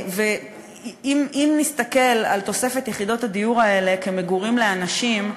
אם נסתכל על תוספת יחידות הדיור האלה כמגורים לאנשים,